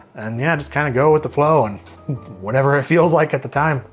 and yeah, i just kinda go with the flow and whatever it feels like at the time.